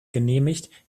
genehmigt